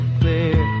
clear